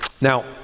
Now